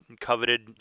coveted